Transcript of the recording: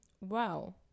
Wow